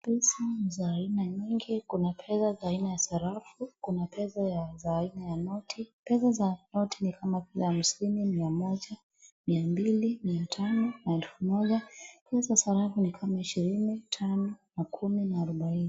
Pesa ni za aina nyingi. Kuna pesa aina ya sarafu, kuna pesa za aina ya noti. Pesa za noti kama vile hamsini, miamoja, miambili, miatano na elfu moja. Pesa za sarafu ni kama ishirini, tano na kumi na arobaine.